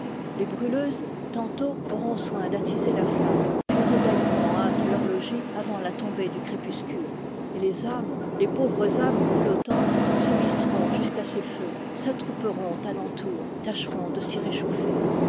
les brûleuses tantôt auront oin d'attiser la flamme puis regagneront en hâte leur logis avant la tom bée du crépuscule et les âmes les pauvres âmes grelot tantes se hisseront jusqu'à ces feux s'attrouperont à l'entour tâcheront de s'y réchauffer